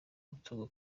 umutungo